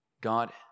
God